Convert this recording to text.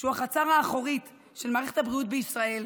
שהוא החצר האחורית של מערכת הבריאות בישראל.